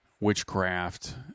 witchcraft